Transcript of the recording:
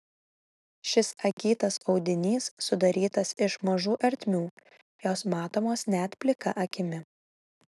šis akytas audinys sudarytas iš mažų ertmių jos matomos net plika akimi